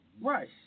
Right